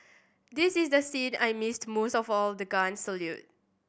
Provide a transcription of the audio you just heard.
this is the scene I missed most of all the guns salute